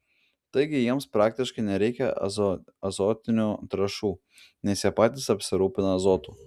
taigi jiems praktiškai nereikia azotinių trąšų nes jie patys apsirūpina azotu